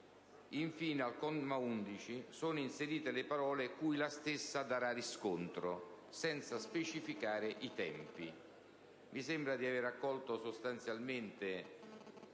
Infine, al comma 11 sono inserite le parole: «cui la stessa darà riscontro», ma senza specificare i tempi.